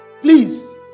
Please